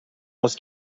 was